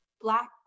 black